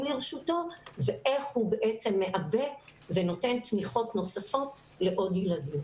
לרשותו ואיך הוא בעצם מעבה ונותן תמיכות נוספות לעוד ילדים.